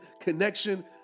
connection